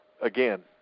again